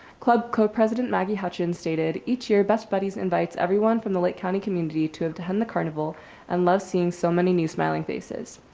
club co-president maggie hatchin stated each year best buddies invites everyone from the lake county community to attend the carnival and loves seeing so many new smiling faces.